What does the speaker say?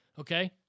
Okay